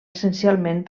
essencialment